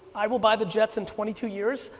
i will buy the jets and twenty two years,